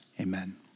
amen